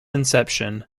inception